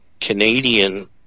Canadian